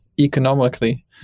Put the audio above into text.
economically